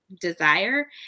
desire